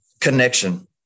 connection